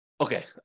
Okay